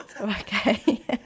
Okay